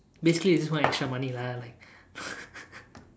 basically is just want extra money lah like